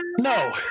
No